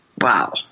Wow